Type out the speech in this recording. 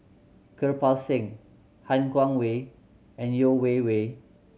Kirpal Singh Han Guangwei and Yeo Wei Wei